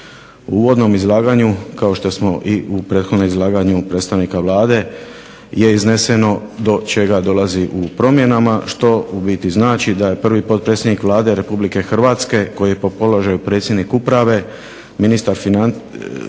U uvodnom izlaganju kao što smo i u prethodnom izlaganju predstavnika Vlade je izneseno do čega dolazi u promjena, što u biti znači da je prvi potpredsjednik Vlade Republike Hrvatske koji je po položaju predsjednik uprave ministar financija